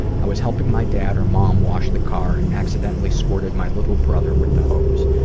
i was helping my dad or mom wash the car and accidentally squirted my little brother with the hose.